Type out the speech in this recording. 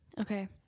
Okay